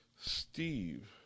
steve